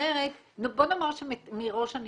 בואי נאמר שמראש אני